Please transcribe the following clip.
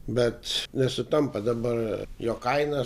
bet nesutampa dabar jo kaina